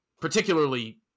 particularly